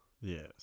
yes